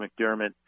McDermott